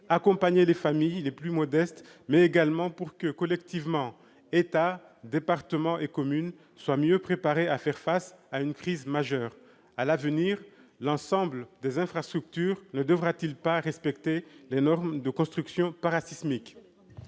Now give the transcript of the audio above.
accompagner les familles les plus modestes mais aussi pour que, collectivement, État, département et communes soient mieux préparés à faire face à une crise majeure ? À l'avenir, l'ensemble des infrastructures ne devra-t-il pas respecter les normes de construction parasismiques ?